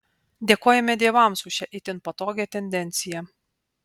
dėkojame dievams už šią itin patogią tendenciją